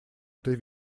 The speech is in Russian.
этой